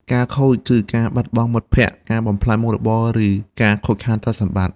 ការ "ខូច" គឺការបាត់បង់មិត្តភ័ក្ដិ ការបំផ្លាញមុខរបរ ឬការខូចខាតទ្រព្យសម្បត្តិ។